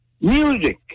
Music